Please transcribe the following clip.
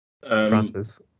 Francis